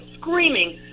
screaming